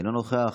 אינו נוכח.